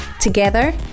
Together